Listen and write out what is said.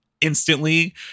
instantly